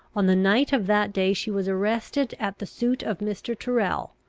on the night of that day she was arrested at the suit of mr. tyrrel,